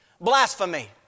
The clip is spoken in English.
Blasphemy